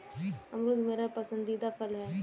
अमरूद मेरा पसंदीदा फल है